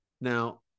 Now